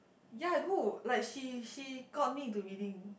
ya I do like she she got me into reading